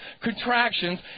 contractions